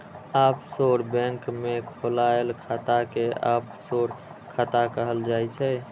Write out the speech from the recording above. offshore bank मे खोलाएल खाता कें ऑफसोर खाता कहल जाइ छै